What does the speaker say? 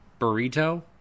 Burrito